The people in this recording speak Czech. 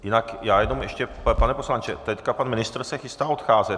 Jinak já jenom ještě, pane poslanče, teď se pan ministr chystá odcházet.